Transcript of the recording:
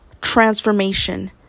transformation